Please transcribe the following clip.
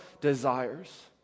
desires